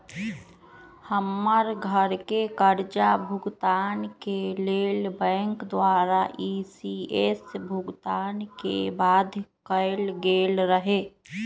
हमर घरके करजा भूगतान के लेल बैंक द्वारा इ.सी.एस भुगतान के बाध्य कएल गेल रहै